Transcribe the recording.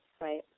Right